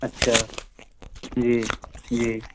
اچھا جی جی